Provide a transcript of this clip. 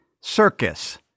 circus